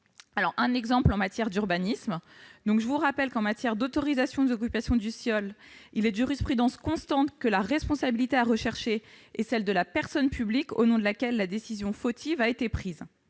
article 20. En matière d'urbanisme et d'autorisation d'occupation du sol, il est de jurisprudence constante que la responsabilité à rechercher est celle de la personne publique au nom de laquelle la décision fautive a été prise.